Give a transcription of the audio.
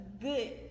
good